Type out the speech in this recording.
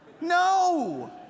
No